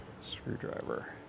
screwdriver